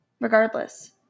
regardless